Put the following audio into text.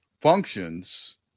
functions